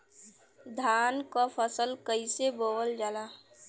धान क फसल कईसे बोवल जाला?